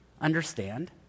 understand